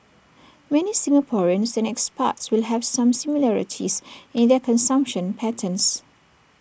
many Singaporeans and expats will have some similarities in their consumption patterns